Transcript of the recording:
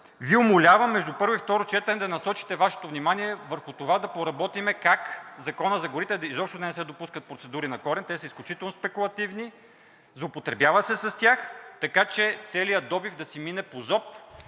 Ви умолявам между първо и второ четене да насочите Вашето внимание върху това да поработим как в Закона за горите изобщо да не се допускат процедури на корен, те са изключително спекулативни, злоупотребява се с тях, така че целият добив да си мине по ЗОП,